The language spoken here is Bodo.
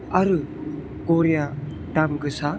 आरो घड़ीया दामगोसा